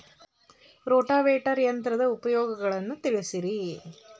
rotavator ಯಂತ್ರದ ಉಪಯೋಗಗಳನ್ನ ತಿಳಿಸಿರಿ